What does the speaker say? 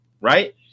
right